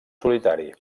solitari